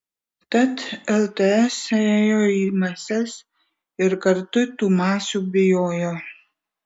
tad lts ėjo į mases ir kartu tų masių bijojo